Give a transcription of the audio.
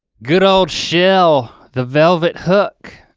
good old shell, thevelvethook.